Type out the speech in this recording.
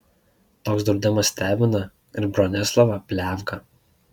toks draudimas stebina ir bronislovą pliavgą